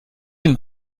den